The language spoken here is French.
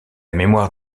mémoire